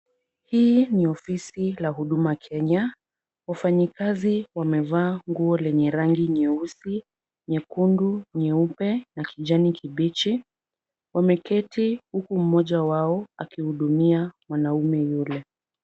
Hii ni ofisi la Huduma Kenya. Wafanyikazi wamevaa nguo lenye rangi nyeusi, nyekundu, nyeupe na kijani kibichi. Wameketi huku mmoja wao akihudumia mwanaume yule.